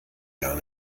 gar